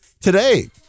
Today